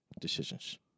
decisions